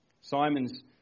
Simon's